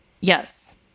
Yes